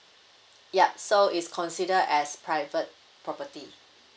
ya so it's consider as private property